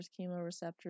chemoreceptors